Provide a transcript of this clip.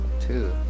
two